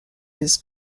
his